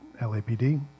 LAPD